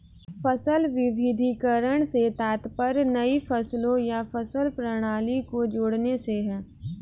फसल विविधीकरण से तात्पर्य नई फसलों या फसल प्रणाली को जोड़ने से है